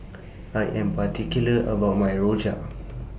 I Am particular about My Rojak